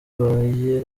abaye